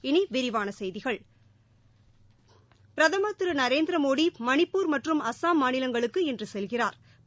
இனி விரிவான செய்திகள் பிரதமர் திரு நரேந்திர மோடி மணிப்பூர் மற்றும் அஸ்ஸாம் மாநிலங்களுக்கு இன்று செல்கிறா்